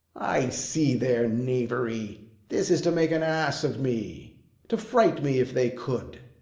i see their knavery this is to make an ass of me to fright me, if they could.